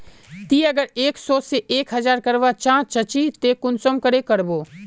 ती अगर एक सो से एक हजार करवा चाँ चची ते कुंसम करे करबो?